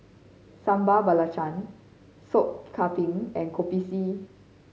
Sambal Belacan Sop Kambing and Kopi C